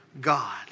God